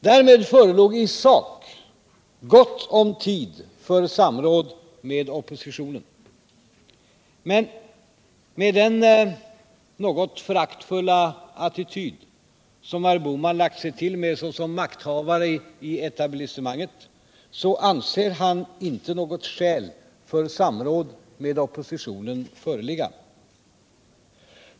Därmed förelåg i sak gott om tid för samråd med oppositionen. Men med den något föraktfulla attityd som herr Bohman lagt sig till med såsom makthavare i etablissemanget anser han inte att det förelåg något skäl för samråd med oppositionen.